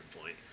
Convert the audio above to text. point